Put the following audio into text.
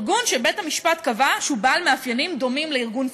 ארגון שבית-המשפט קבע שהוא בעל מאפיינים דומים לארגון פאשיסטי.